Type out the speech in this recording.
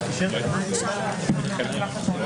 ישירות לזכות המתבקשת או לרישיון המתבקש.